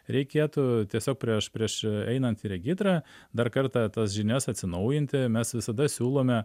reikėtų tiesiog prieš prieš einant į regitrą dar kartą tas žinias atsinaujinti mes visada siūlome